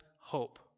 hope